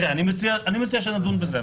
אני מציע שנדון בזה.